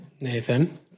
Nathan